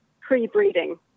pre-breeding